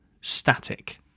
Static